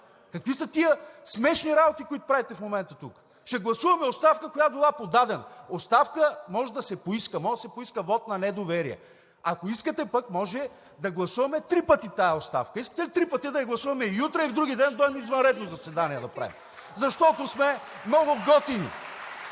Какви са тези смешни работи, които правите в момента тук? Ще гласуваме оставка, която била подадена. Оставка може да се поиска. Може да се поиска вот на недоверие. Ако искате пък може да гласуваме три пъти тази оставка. Искате ли три пъти да я гласуваме? И утре, и вдругиден да дойдем извънредно заседание да направим, защото сме много готини.